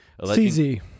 CZ